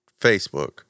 Facebook